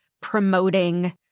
promoting